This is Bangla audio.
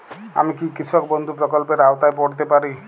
আমি কি কৃষক বন্ধু প্রকল্পের আওতায় পড়তে পারি?